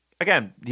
Again